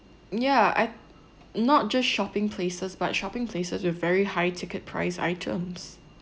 ya I not just shopping places but shopping places with very high ticket price items